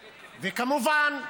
וכמובן,